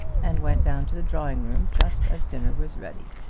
and went down to the drawing-room just as dinner was ready.